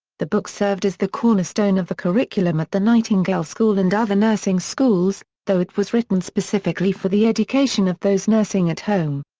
the book served as the cornerstone of the curriculum at the nightingale school and other nursing schools, though it was written specifically for the education of those nursing at home.